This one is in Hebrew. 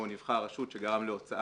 או נבחר רשות שגרם להוצאה